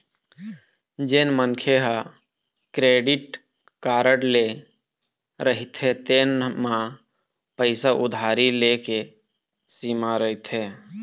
जेन मनखे ह क्रेडिट कारड ले रहिथे तेन म पइसा उधारी ले के सीमा रहिथे